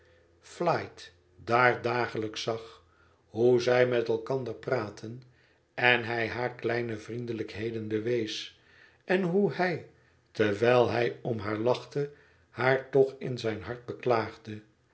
flite daar dagelijks zag hoe zij met elkander praatten en hij haar kleine vriendelijkheden bewees en hoe hij terwijl hij om haar lachte haar toch in zijn hart beklaagde